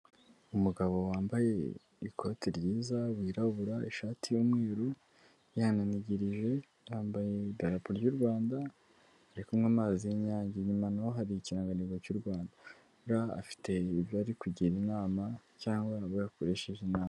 Umugabo wambaye ikote ryiza wirabura ishati y'umweru yinanigirije, yambaye idarapo ry'u Rwanda, ari kunywa amazi y'inyange, inyuma naho hari ikirangantego cy'u Rwanda, aha ngaha afite abo ari kugira inama cyangwa ni we yakoresheje inama.